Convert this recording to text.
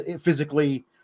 physically